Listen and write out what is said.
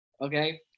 Okay